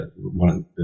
one